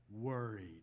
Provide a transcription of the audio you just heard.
worried